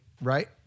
right